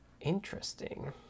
Interesting